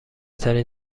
ترین